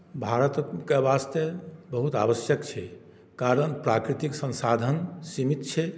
भारतक वास्ते बहुत आवश्यक छै कारण प्राकृतिक संसाधन सीमित छै